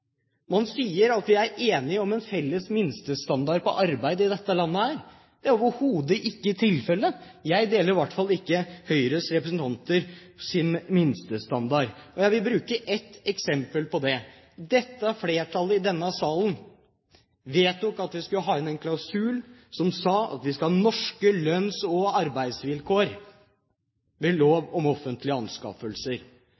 Man sier at vi er enige om en felles minstestandard på arbeid i dette landet. Det er overhodet ikke tilfellet. Jeg deler i hvert fall ikke Høyres representanters minstestandard. Jeg vil bruke ett eksempel på det. Flertallet i denne salen vedtok at vi skulle ha inn en klausul om at vi skal ha norske lønns- og arbeidsvilkår